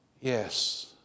Yes